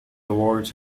awards